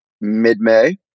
mid-May